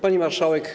Pani Marszałek!